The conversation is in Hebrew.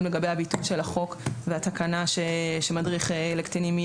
גם לגבי ביטול החוק והתקנה שיהיה שם מדריך לקטינים.